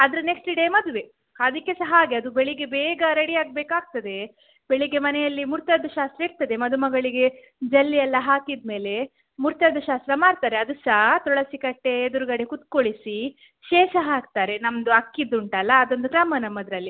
ಅದರ next day ಮದುವೆ ಅದಕ್ಕೆ ಸಹ ಹಾಗೆ ಅದು ಬೆಳಗ್ಗೆ ಬೇಗ ರೆಡಿ ಆಹಬೇಕಾಗ್ತದೆ ಬೆಳಗ್ಗೆ ಮನೆಯಲ್ಲಿ ಮುಹೂರ್ತದ್ದು ಶಾಸ್ತ್ರ ಇರ್ತದೆ ಮದುಮಗಳಿಗೆ ಜೆಲ್ಲಿಯೆಲ್ಲಾ ಹಾಕಿದಮೇಲೆ ಮುಹೂರ್ತದ್ದು ಶಾಸ್ತ್ರ ಮಾಡ್ತಾರೆ ಅದು ಸಹ ತುಳಸಿಕಟ್ಟೆ ಎದುರುಗಡೆ ಕೂತ್ಕೊಳಿಸಿ ಶೇಷ ಹಾಕ್ತಾರೆ ನಮ್ಮದು ಅಕ್ಕಿದ್ದುಂಟಲ್ಲಾ ಅದೊಂದು ಕ್ರಮ ನಮ್ಮದರಲ್ಲಿ